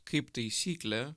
kaip taisyklė